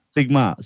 Sigma